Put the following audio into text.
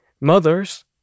mothers